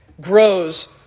grows